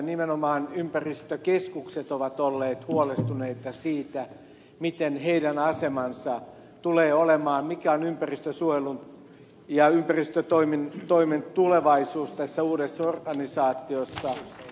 nimenomaan ympäristökeskukset ovat olleet huolestuneita siitä mikä heidän asemansa tulee olemaan mikä on ympäristönsuojelun ja ympäristötoimen tulevaisuus tässä uudessa organisaatiossa